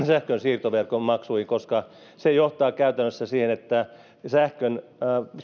sähkönsiirtoverkon maksuihin koska ne johtavat käytännössä siihen että sähkön